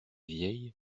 vieilles